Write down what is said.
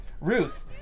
Ruth